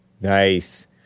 Nice